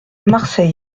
marseille